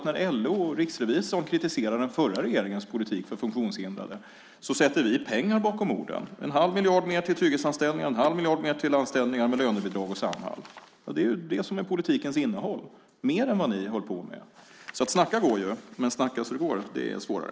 När LO och Riksrevisionen kritiserar den förra regeringens politik för funktionshindrade sätter vi pengar bakom orden. 1⁄2 miljard mer till trygghetsanställningar, 1⁄2 miljard mer till anställningar med lönebidrag och Samhall. Det är politikens innehåll. Det är mer än vad ni höll på med. Snacka går ju, men snacka så det går är svårare.